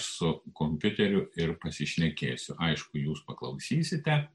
tai aš su kompiuteriu ir pasišnekėsiu aišku jūs paklausysite